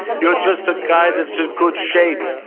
you're just a guy that's in good shape.